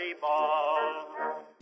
Ball